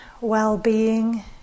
well-being